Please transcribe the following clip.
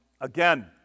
again